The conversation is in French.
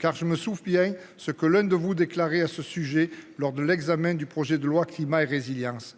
car je me souviens ce que l'un de vous déclarer à ce sujet lors de l'examen du projet de loi climat et résilience,